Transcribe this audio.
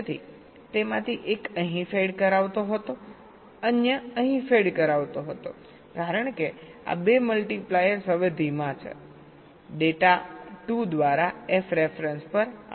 તેથી તેમાંથી એક અહીં ફેડ કરાવતો હતો અન્ય અહીં ફેડ કરાવતો હતોકારણ કે આ 2 મલ્ટીપ્લાયર્સ હવે ધીમાં છે ડેટા 2 દ્વારા f રેફરન્સ પર આવી રહ્યો છે